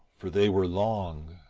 for they were long.